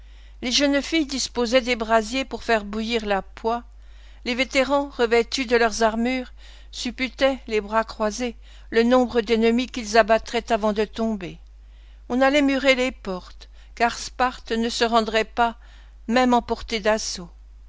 les jeunes filles disposaient des brasiers pour faire bouillir la poix les vétérans revêtus de leurs armures supputaient les bras croisés le nombre d'ennemis qu'ils abattraient avant de tomber on allait murer les portes car sparte ne se rendrait pas même emportée d'assaut